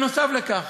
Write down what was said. נוסף על כך,